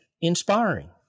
inspiring